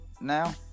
now